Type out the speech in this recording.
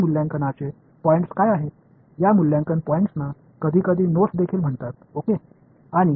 என்று என்னைக் கேட்க வேண்டும் இந்த மதிப்பீட்டு புள்ளிகள் சில நேரங்களில் நோட்ஸ் என்றும் அழைக்கப்படுகின்றன